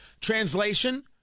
Translation